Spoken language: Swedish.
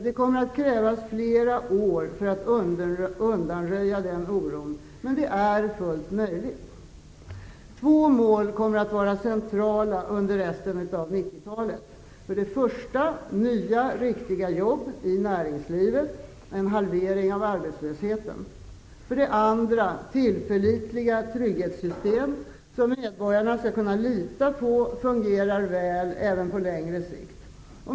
Det kommer att krävas flera år för att undanröja den oron, men det är fullt möjligt. Två mål kommer att vara centrala under resten av 1990-talet: för det första nya, riktiga jobb i näringslivet och en halvering av arbetslösheten, och för det andra tillförlitliga trygghetssystem som -- det skall medborgarna kunna lita på -- fungerar väl även på längre sikt.